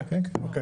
כן, כן.